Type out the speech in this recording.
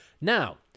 now